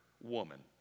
woman